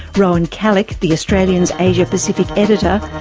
rowan callick, the australian's asia-pacific editor,